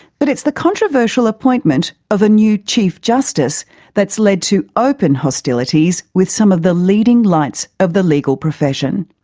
but it's the controversial appointment of a new chief justice that's led to open hostilities with some of the leading lights of the legal profession.